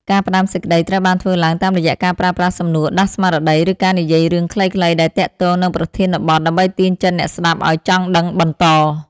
ការផ្ដើមសេចក្ដីត្រូវបានធ្វើឡើងតាមរយៈការប្រើប្រាស់សំនួរដាស់ស្មារតី ឬការនិយាយរឿងខ្លីៗដែលទាក់ទងនឹងប្រធានបទ ដើម្បីទាញចិត្តអ្នកស្ដាប់ឱ្យចង់ដឹងបន្ត។